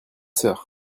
sœurs